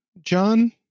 John